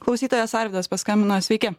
klausytojas arvydas paskambino sveiki